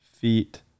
feet